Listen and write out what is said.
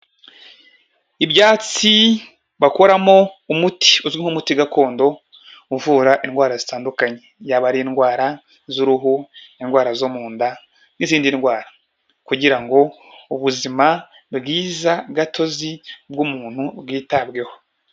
Ibyatsi bakoramo umuti uzwi nk'umuti gakondo uvura indwara zitandukanye, yaba ari indwara z'uruhu, indwara zo mu nda n'izindi ndwara kugira ngo ubuzima bwiza gatozi bw'umuntu bwitabweho.